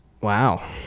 Wow